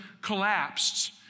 collapsed